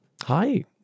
Hi